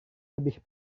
lebih